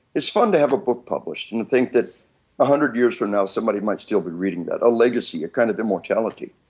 it's fun to have a book published and to think that a hundred years from now somebody might still be reading that, a legacy, a kind of immortality.